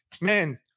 man